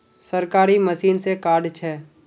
सरकारी मशीन से कार्ड छै?